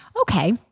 okay